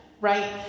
Right